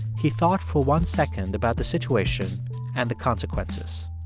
he thought for one second about the situation and the consequences.